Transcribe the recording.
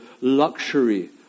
luxury